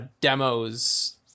demos